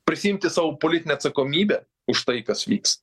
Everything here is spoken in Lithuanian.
prisiimti sau politinę atsakomybę už tai kas vyks